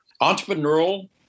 entrepreneurial